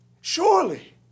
Surely